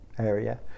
Area